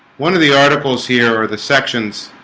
one of the articles here are the sections